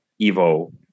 evo